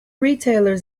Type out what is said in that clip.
retailers